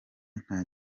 nta